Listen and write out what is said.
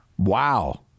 Wow